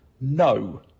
no